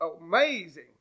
amazing